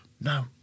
No